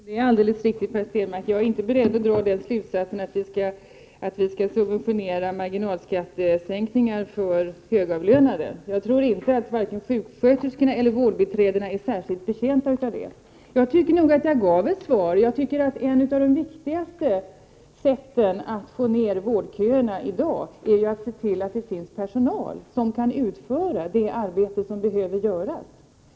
Herr talman! Nej, det är alldeles riktigt, Per Stenmarck — jag är inte beredd att dra den slutsatsen att vi skall subventionera marginalskattesänkningar för högavlönade. Jag tror inte att vare sig sjuksköterskorna eller vårdbiträdena är särskilt betjänta av det. Jag tycker att jag gav ett svar. Jag tycker att ett av de viktigaste sätten att i dag få ned vårdköerna är att se till att det finns personal som kan utföra det arbete som behöver göras.